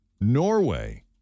Norway